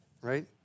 Right